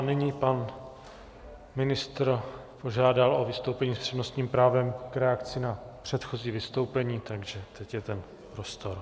Nyní pan ministr požádal o vystoupení s přednostním právem k reakci na předchozí vystoupení, takže teď je ten prostor.